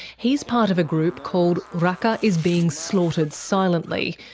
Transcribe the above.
he's part of a group called raqqa is being slaughtered silently,